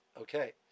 Okay